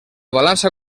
balança